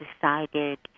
decided